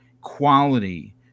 quality